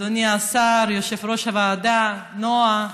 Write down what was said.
אדוני השר, יושב-ראש הוועדה, נעה,